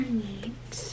neat